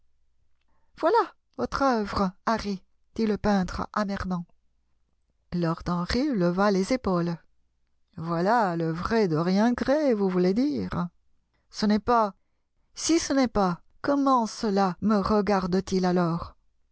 voilà votre œuvre harry dit le peintre amèrement lord henry leva les épaules voilà le vrai dorian gray vous voulez dire ce n'est pas si ce n'est pas comment cela me regarde-t-il alors